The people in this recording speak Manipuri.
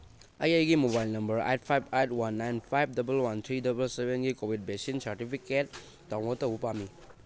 ꯑꯩ ꯑꯩꯒꯤ mobile number eight five eight one nine five double one three double ꯁꯚꯦꯟꯒꯤ ꯀꯣꯚꯤꯠ ꯚꯦꯛꯁꯤꯟꯒꯤ ꯁꯥꯔꯇꯤꯐꯤꯀꯦꯠ ꯗꯥꯎꯟꯂꯣꯠ ꯇꯧꯕ ꯄꯥꯝꯃꯤ